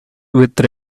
with